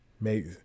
make